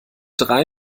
drei